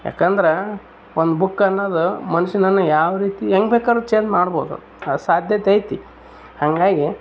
ಯಾಕಂದ್ರೆ ಒಂದು ಬುಕ್ ಅನ್ನೋದು ಮನುಷ್ಯನನ್ ಯಾವರೀತಿ ಹೆಂಗ್ ಬೇಕಾರು ಚೇಂಜ್ ಮಾಡ್ಬೋದು ಅದು ಸಾಧ್ಯತೆ ಐತಿ ಹಂಗಾಗಿ